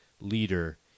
leader